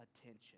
attention